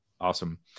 awesome